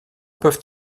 peuvent